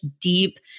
deep